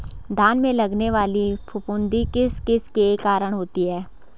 धान में लगने वाली फफूंदी किस किस के कारण होती है?